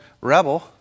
rebel